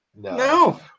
No